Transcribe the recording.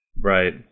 Right